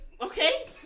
Okay